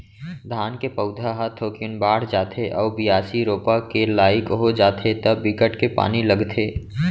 धान के पउधा ह थोकिन बाड़ जाथे अउ बियासी, रोपा के लाइक हो जाथे त बिकट के पानी लगथे